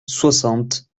soixante